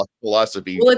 philosophy